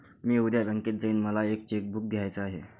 मी उद्या बँकेत जाईन मला एक चेक बुक घ्यायच आहे